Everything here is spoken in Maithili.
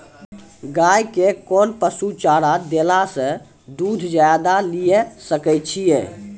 गाय के कोंन पसुचारा देला से दूध ज्यादा लिये सकय छियै?